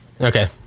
Okay